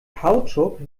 kautschuk